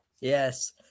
Yes